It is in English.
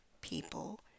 people